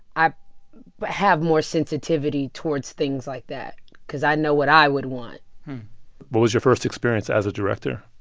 i but have more sensitivity towards things like that cause i know what i would want what was your first experience as a director?